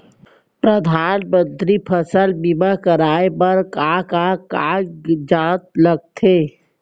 परधानमंतरी फसल बीमा कराये बर का का कागजात लगथे?